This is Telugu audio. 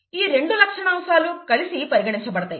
ఈ రెండు లక్షణాంశాలు కలసి పరిగణించబడతాయి